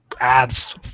ads